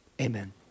Amen